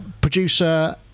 producer